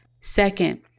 Second